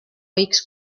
võiks